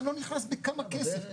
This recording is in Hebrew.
אני לא נכנס בכמה כסף.